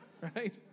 Right